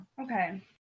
Okay